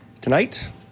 Tonight